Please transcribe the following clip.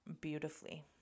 beautifully